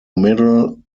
middle